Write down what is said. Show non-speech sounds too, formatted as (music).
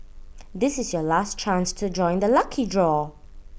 (noise) this is your last chance to join the lucky draw